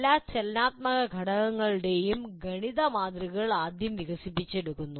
എല്ലാ ചലനാത്മക ഘടകങ്ങളുടെയും ഗണിത മാതൃകകൾ ആദ്യം വികസിപ്പിച്ചെടുക്കുന്നു